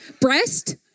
Breast